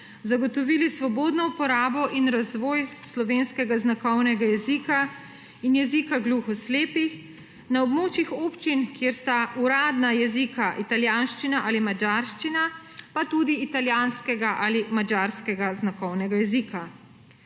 zagotovili svobodno uporabo in razvoj slovenskega znakovnega jezika in jezika gluho slepih na območjih občin, kjer sta uradna jezika italijanščina ali madžarščina pa tudi italijanskega ali madžarskega znakovnega jezika.